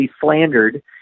slandered